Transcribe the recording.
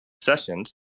sessions